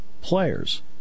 players